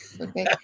Okay